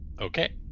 Okay